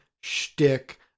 shtick